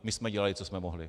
My jsme dělali, co jsme mohli.